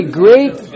great